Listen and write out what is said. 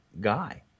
guy